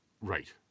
right